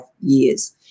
years